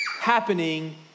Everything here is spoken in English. happening